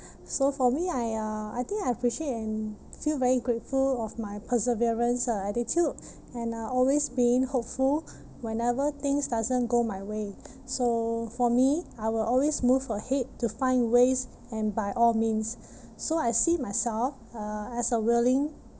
so for me I uh I think I appreciate and feel very grateful of my perseverance uh attitude and uh always being hopeful whenever things doesn't go my way so for me I will always move ahead to find ways and by all means so I see myself uh as a willing